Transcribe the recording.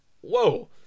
whoa